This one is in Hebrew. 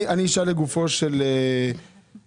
אני אשאל לגופה של פנייה.